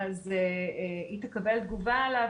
אז היא תקבל תגובה עליו,